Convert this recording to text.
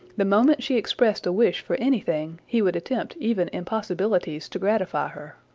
the moment she expressed a wish for anything, he would attempt even impossibilities to gratify her.